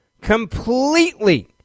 completely